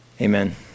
Amen